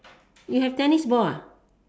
you have tennis ball